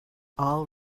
all